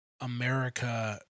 America